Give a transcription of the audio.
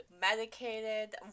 medicated